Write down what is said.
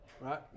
Right